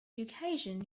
education